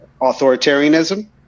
authoritarianism